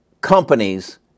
companies